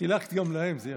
חילקת גם להם, זה יפה.